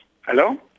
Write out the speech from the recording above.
Hello